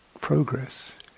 progress